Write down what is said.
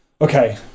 Okay